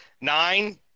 nine